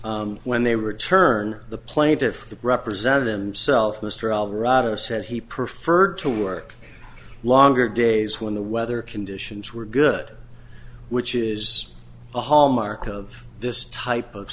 that when they return the plaintiffs represented himself mr alvarado said he preferred to work longer days when the weather conditions were good which is a hallmark of this type of